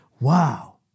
Wow